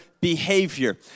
behavior